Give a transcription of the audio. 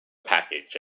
package